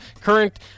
current